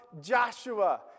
Joshua